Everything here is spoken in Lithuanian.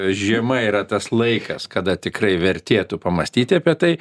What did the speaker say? žiema yra tas laikas kada tikrai vertėtų pamąstyti apie tai